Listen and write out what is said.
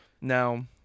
Now